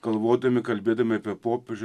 galvodami kalbėdami apie popiežių